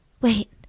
wait